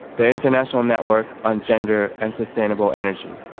the international network on gender and sustainable energy.